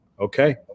Okay